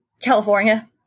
California